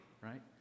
right